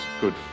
good